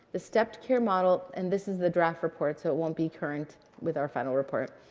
the stepped care model and this is the draft report, so it won't be current with our final report.